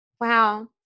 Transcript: Wow